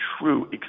true